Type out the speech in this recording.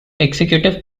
executive